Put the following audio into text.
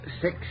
six